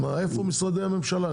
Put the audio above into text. איפה משרדי הממשלה?